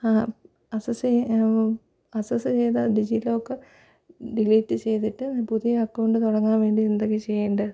ആ അസസെയ് ആക്സസ് ചെയ്ത ഡിജി ലോക്കർ ഡിലിറ്റ് ചെയ്തിട്ട് പുതിയ അക്കൗണ്ട് തുടങ്ങാൻ വേണ്ടി എന്തൊക്കെ ചെയ്യേണ്ടേ